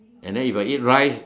and then if I eat rice